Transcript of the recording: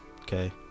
Okay